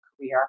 career